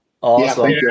Awesome